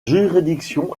juridiction